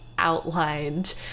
outlined